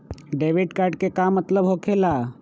Debit card के का मतलब होकेला?